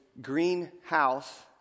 greenhouse